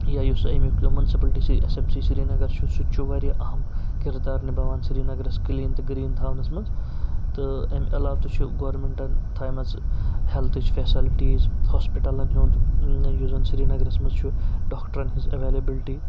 یا یُس اَمیُک مُنسِپلٹی سی اٮ۪س اٮ۪م سی سرینَگر چھُ سُہ تہِ چھُ واریاہ اَہم کِردار نِباوان سرینَگرَس کٕلیٖن تہٕ گریٖن تھاونَس منٛز تہٕ امہِ علاوٕ تہِ چھُ گورمنٹَن تھایمَژ ہٮ۪لتھٕچ فٮ۪سَلٹیٖز ہاسپِٹَلَن ہُنٛد یُس زَن سرینگرَس منٛز چھُ ڈاکرٹَن ہِنٛز اویلیبلٹی